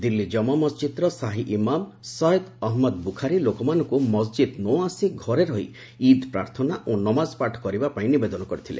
ଦିଲ୍ଲୀ କାମା ମସ୍ଜିଦ୍ର ସାହି ଇମାମ୍ ସୟଦ୍ ଅହମ୍ମଦ ବୁଖାରୀ ଲୋକମାନଙ୍କୁ ମସ୍ଜିଦ୍କୁ ନ ଆସି ଘରେ ରହି ଇଦ୍ ପ୍ରାର୍ଥନା ଓ ନମାଜ ପାଠ କରିବାପାଇଁ ନିବେଦନ କରିଥିଲେ